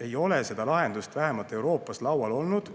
ei ole seda lahendust vähemalt Euroopas laual olnud.